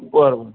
बरं बरं